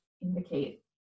indicate